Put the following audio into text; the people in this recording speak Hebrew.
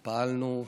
ופעלנו,